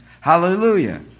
hallelujah